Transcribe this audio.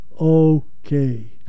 okay